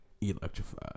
Electrified